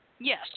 Yes